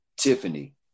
Tiffany